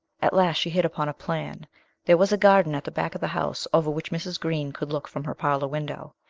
at last she hit upon a plan there was a garden at the back of the house over which mrs. green could look from her parlour window.